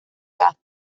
caza